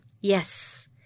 Yes